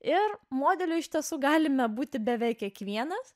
ir modelio iš tiesų galime būti beveik kiekvienas